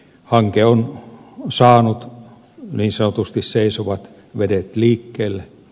hanke on saanut niin sanotusti seisovat vedet liikkeelle